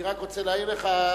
אני רק רוצה להעיר לך,